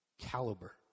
caliber